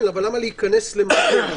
אבל למה להיכנס למקום?